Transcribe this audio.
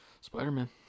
Spider-Man